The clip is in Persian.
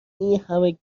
اینهمه